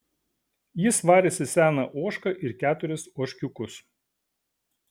jis varėsi seną ožką ir keturis ožkiukus